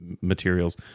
materials